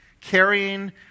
carrying